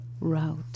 route